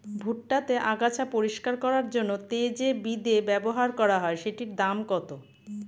ভুট্টা তে আগাছা পরিষ্কার করার জন্য তে যে বিদে ব্যবহার করা হয় সেটির দাম কত?